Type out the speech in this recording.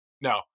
No